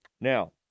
Now